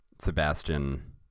sebastian